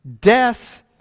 Death